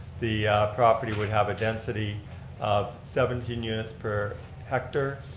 the property would have a density of seventeen units per hectare,